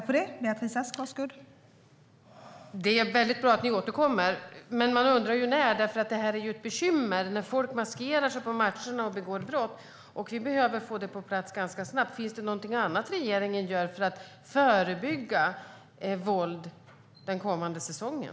Fru talman! Det är väldigt bra att regeringen återkommer, men man undrar ju när. Det är ett bekymmer när folk maskerar sig på matcherna och begår brott. Vi behöver få detta på plats ganska snabbt. Finns det något annat regeringen gör för att förebygga våld den kommande säsongen?